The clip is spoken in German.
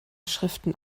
schriften